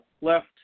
left